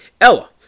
Ella